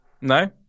No